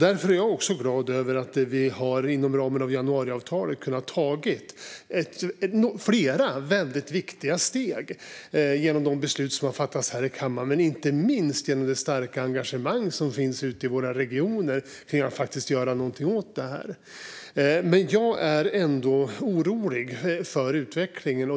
Därför är jag glad över att vi inom ramen för januariavtalet har kunnat ta flera väldigt viktiga steg genom de beslut som har fattats här i kammaren, men inte minst genom det starka engagemang som finns ute i våra regioner för att faktiskt göra någonting åt detta. Jag är ändå orolig för utvecklingen.